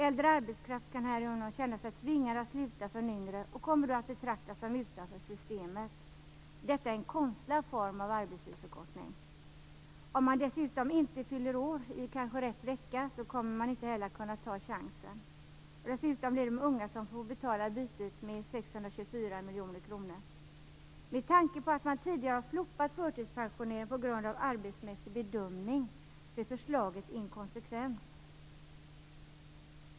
Äldre kan härigenom känna sig tvingade att sluta för en yngre, och de kommer då att betraktas som utanför systemet. Detta är en konstlad form av arbetstidsförkortning. Om man dessutom inte fyller år i rätt vecka kommer man inte heller att kunna ta chansen. Dessutom får de unga betala bytet med 624 miljoner kronor. Med tanke på att man tidigare har slopat förtidspensionering på grund av arbetsmässig bedömning är förslaget inkonsekvent.